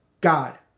God